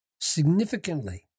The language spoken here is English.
Significantly